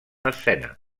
escena